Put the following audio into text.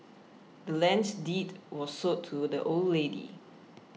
the land's deed was sold to the old lady